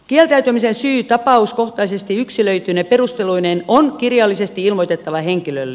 kieltäytymisen syy tapauskohtaisesti yksilöityine perusteluineen on kirjallisesti ilmoitettava henkilölle